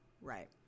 Right